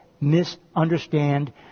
misunderstand